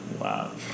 Wow